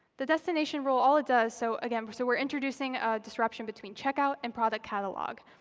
the destination rule, all it does so again, we're so we're introducing a disruption between checkout and product catalog.